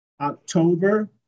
October